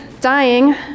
Dying